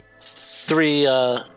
three